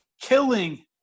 killing